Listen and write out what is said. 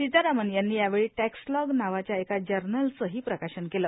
सितारामन यांनी यावेळी टैक्सलॉग नावाच्या एका जर्नलचं ही प्रकाशन केलं